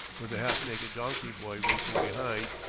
with a half-naked donkey-boy racing behind,